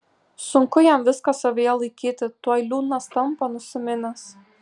sunku jam viską savyje laikyti tuoj liūdnas tampa nusiminęs